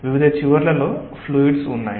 వివిధ చివర్లలో ఫ్లూయిడ్స్ ఉన్నాయి